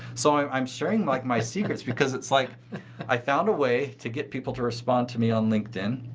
so, i'm i'm sharing like my secrets because it's like i found a way to get people to respond to me on linkedin.